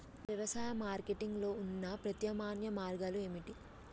వ్యవసాయ మార్కెటింగ్ లో ఉన్న ప్రత్యామ్నాయ మార్గాలు ఏమిటి?